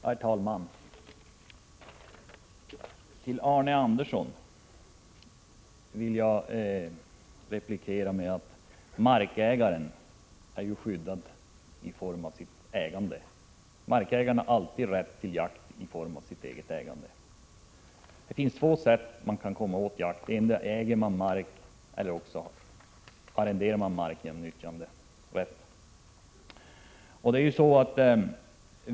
Herr talman! Till Arne Andersson i Ljung vill jag säga att markägaren ju är skyddad genom sitt ägande. Markägaren har alltid rätt till jakt genom sitt ägande. Det finns två sätt att komma åt jaktmarker: Endera äger man mark, eller också arrenderar man mark med nyttjanderätt.